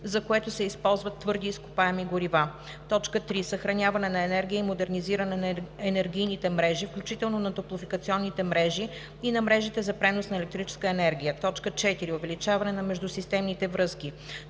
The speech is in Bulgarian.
за което се използват твърди изкопаеми горива; 3. съхраняване на енергия и модернизиране на енергийните мрежи, включително на топлофикационните мрежи и на мрежите за пренос на електрическа енергия; 4. увеличаване на междусистемните връзки;